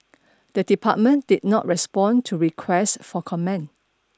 the department did not respond to requests for comment